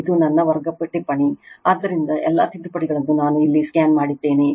ಇದು ನನ್ನ ವರ್ಗ ಟಿಪ್ಪಣಿ ಆದ್ದರಿಂದ ಎಲ್ಲಾ ತಿದ್ದುಪಡಿಗಳನ್ನು ನಾನು ಇಲ್ಲಿ ಸ್ಕ್ಯಾನ್ ಮಾಡಿದ್ದೇನೆ